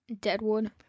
Deadwood